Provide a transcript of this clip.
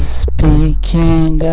speaking